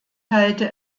halte